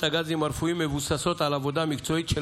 הגזים הרפואיים מבוססות על עבודה מקצועית של